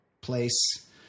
place